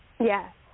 Yes